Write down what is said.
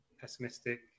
pessimistic